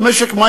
שלא?